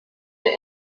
der